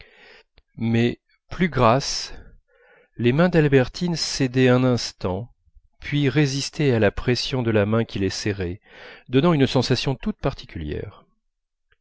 mais plus grasses les mains d'albertine cédaient un instant puis résistaient à la pression de la main qui les serrait donnant une sensation toute particulière